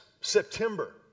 September